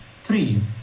Three